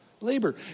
Labor